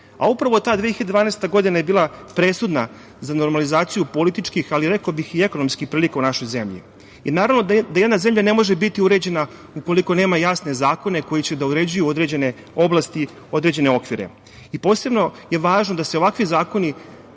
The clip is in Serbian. godine. Upravo ta 2012. godina je bila presudna za normalizaciju političkih, ali rekao bih i ekonomskih prilika u našoj zemlji. Naravno da jedna zemlja ne može biti uređena ukoliko nema jasne zakone koji će da uređuju određene oblasti, određene okvire. Posebno je važno da se ovakvi zakoni